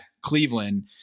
Cleveland